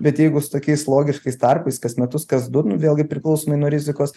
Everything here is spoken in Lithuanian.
bet jeigu su tokiais logiškais tarpais kas metus kas du nu vėlgi priklausomai nuo rizikos